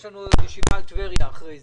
יש לנו עוד ישיבה על טבריה אחרי זה.